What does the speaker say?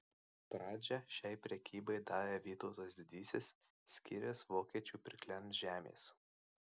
pradžią šiai prekybai davė vytautas didysis skyręs vokiečių pirkliams žemės